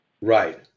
Right